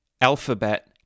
alphabet